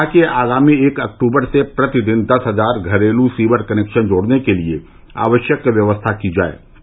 उन्होंने कहा कि आगामी एक अक्टूबर से प्रतिदिन दस हजार घरेलू सीवर कनेक्शन जोड़ने के लिए आवश्यक व्यवस्था की जाए